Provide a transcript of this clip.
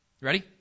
Ready